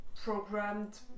programmed